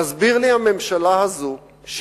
תסביר לי הממשלה הזאת,